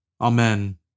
Amen